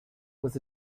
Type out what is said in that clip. was